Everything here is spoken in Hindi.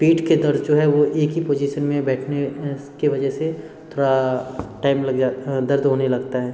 पीठ के दर्द है जो वो एक ही पोजीशन में बैठने की वजह से थोड़ा टाइम लग जा दर्द होने लगता है